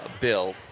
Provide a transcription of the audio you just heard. bill